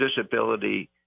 disability